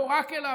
לא רק אליו,